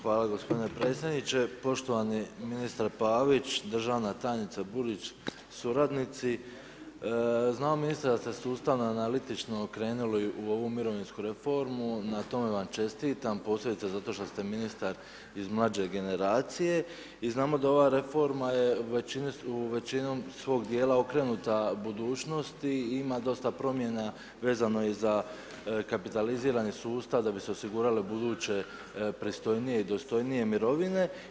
Hvala g. predsjedniče, poštovani ministre Pavić, državna tajnice Burić, suradnici, znam ministre da ste sustavno analitično okrenuli u ovu mirovinsku reformu, na tome vam čestitam, posebno zato što ste ministar iz mlađe generacije i znamo da ova reforma je većinom svog dijela okrenuta budućnosti i ima dosta promjena, vezano je i za kapitalizirani sustav, da bi se osigurali ubuduće, pristojnije i dostojnije mirovine.